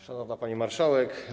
Szanowna Pani Marszałek!